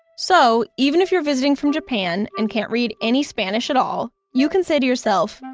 so, even if you're visiting from japan and can't read any spanish at all, you can say to yourself,